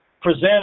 present